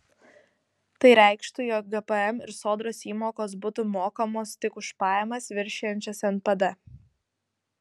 tai reikštų jog gpm ir sodros įmokos būtų mokamos tik už pajamas viršijančias npd